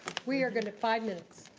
we are gonna five minutes.